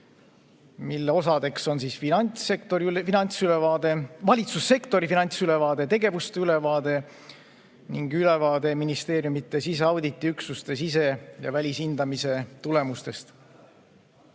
mille osadeks on valitsussektori finantsülevaade, tegevuste ülevaade ning ülevaade ministeeriumide siseauditiüksuste sise‑ ja välishindamise tulemustest,